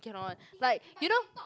cannot one like you know